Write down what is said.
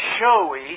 showy